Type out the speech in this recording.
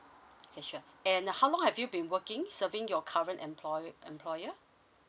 okay sure and how long have you been working serving your current employ employer